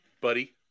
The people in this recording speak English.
buddy